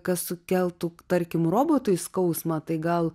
kas sukeltų tarkim robotui skausmą tai gal